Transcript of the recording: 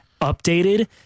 updated